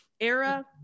era